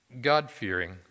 God-fearing